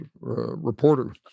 reporter